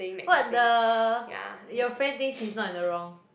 what the your friend thinks he's not in the wrong